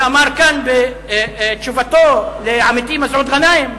ואמר כאן בתשובתו לאי-אמון לעמיתי מסעוד גנאים,